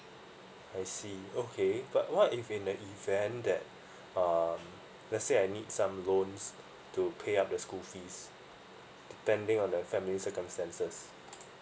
I see okay but what if in the event that um let's say I need some loans to pay up the school fees depending on the family circumstances